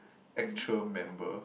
actual member